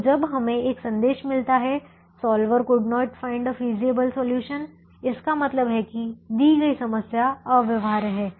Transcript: तो जब हमें एक संदेश मिलता हैसॉल्वर could not a find feasible solution इसका मतलब है कि दी गई समस्या अव्यवहार्य है